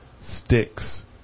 sticks